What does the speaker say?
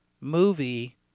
movie